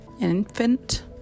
infant